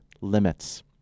limits